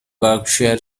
berkshire